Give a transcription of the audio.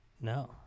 No